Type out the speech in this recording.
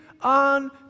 on